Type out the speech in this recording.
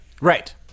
Right